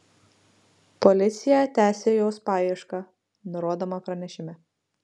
policija tęsią jos paiešką nurodoma pranešime